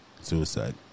suicide